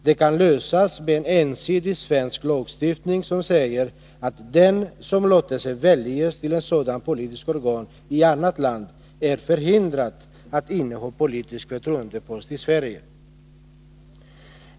Den kan lösas med en ensidig svensk lagstiftning som säger att den som låter sig väljas till ett politiskt organ i annat land är förhindrad att inneha politisk förtroendepost i Sverige.